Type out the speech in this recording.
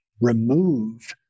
remove